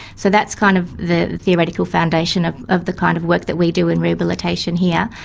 so that's kind of the theoretical foundation of of the kind of work that we do in rehabilitation here.